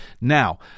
Now